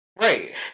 Right